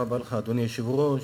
אדוני היושב-ראש,